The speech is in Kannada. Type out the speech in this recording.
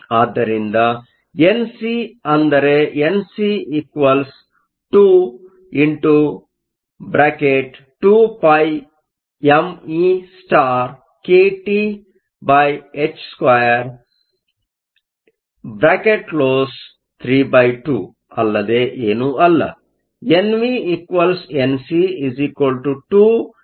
ಆದ್ದರಿಂದ ಎನ್ ಸಿ ಅಂದರೆ Nc 2 2𝝥mekTh2 32 ಅಲ್ಲದೆ ಏನೂ ಅಲ್ಲ